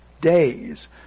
days